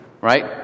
right